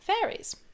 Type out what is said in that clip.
fairies